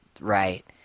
right